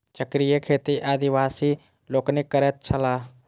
चक्रीय खेती आदिवासी लोकनि करैत छलाह